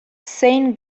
zein